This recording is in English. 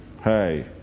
Hey